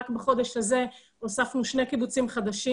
רק בחודש הזה הוספנו שני קיבוצים חדשים